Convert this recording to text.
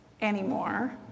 anymore